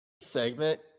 Segment